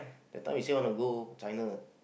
that time you say want to go China